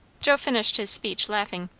joe finished his speech laughing.